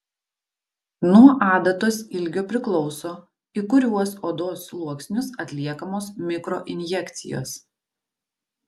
nuo adatos ilgio priklauso į kuriuos odos sluoksnius atliekamos mikroinjekcijos